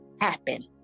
happen